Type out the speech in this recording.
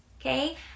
Okay